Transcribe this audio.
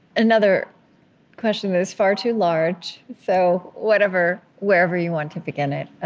another question that is far too large, so, whatever, wherever you want to begin it.